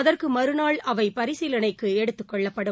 அதற்கு மறுநாள் அவை பரிசீலனைக்கு எடுத்துக் கொள்ளப்படும்